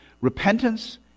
repentance